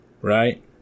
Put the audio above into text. right